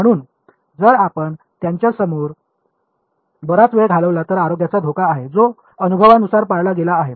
म्हणून जर आपण त्यांच्यासमोर बराच वेळ घालवला तर आरोग्याचा धोका आहे जो अनुभवानुसार पाळला गेला आहे